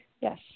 yes